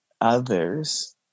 others